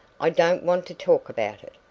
i don't want to talk about it.